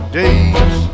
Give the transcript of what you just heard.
days